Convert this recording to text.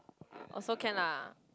also can lah